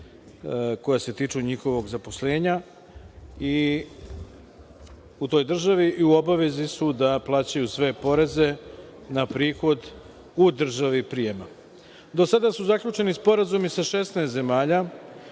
koja se tiču njihovog zaposlenja u toj državi i u obavezi su da plaćaju svoje poreze na prihod u državi prijema. Do sada su zaključeni sporazumi sa 16 zemalja: